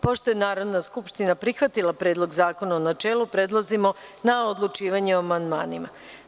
Pošto je Narodna skupština prihvatila Predlog zakona u načelu, prelazimo na odlučivanje o amandmanima.